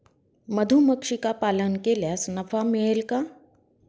मधुमक्षिका पालन केल्यास नफा मिळेल का?